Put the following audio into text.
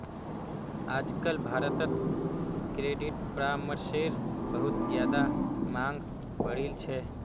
आजकल भारत्त क्रेडिट परामर्शेर बहुत ज्यादा मांग बढ़ील छे